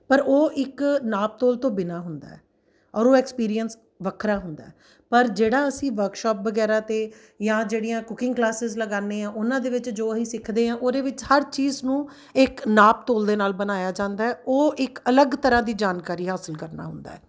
ਪਰ ਉਹ ਇੱਕ ਨਾਪਤੋਲ ਤੋਂ ਬਿਨਾਂ ਹੁੰਦਾ ਔਰ ਉਹ ਐਕਸਪੀਰੀਅੰਸ ਵੱਖਰਾ ਹੁੰਦਾ ਪਰ ਜਿਹੜਾ ਅਸੀਂ ਵਰਕਸ਼ਾਪ ਵਗੈਰਾ 'ਤੇ ਜਾਂ ਜਿਹੜੀਆਂ ਕੁਕਿੰਗ ਕਲਾਸਿਸ ਲਗਾਉਂਦੇ ਹਾਂ ਉਹਨਾਂ ਦੇ ਵਿੱਚ ਜੋ ਅਸੀਂ ਸਿੱਖਦੇ ਹਾਂ ਉਹਦੇ ਵਿੱਚ ਹਰ ਚੀਜ਼ ਨੂੰ ਇੱਕ ਨਾਪਤੋਲ ਦੇ ਨਾਲ ਬਣਾਇਆ ਜਾਂਦਾ ਉਹ ਇੱਕ ਅਲੱਗ ਤਰ੍ਹਾਂ ਦੀ ਜਾਣਕਾਰੀ ਹਾਸਿਲ ਕਰਨਾ ਹੁੰਦਾ